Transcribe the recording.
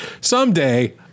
Someday